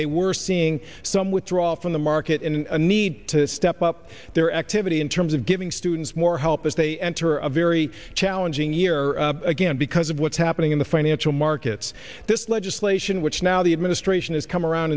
they were seeing some withdraw from the market in a need to step up their activity in terms of giving students more help as they enter a very challenging year again because of what's happening in the financial markets this legislation which now the administration has come around